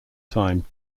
time